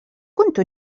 كنت